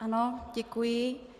Ano, děkuji.